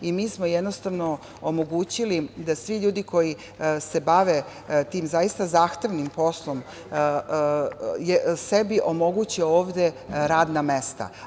Mi smo jednostavno omogućili da svi ljudi koji se bave tim zaista zahtevnim poslom sebi omoguće ovde radna mesta.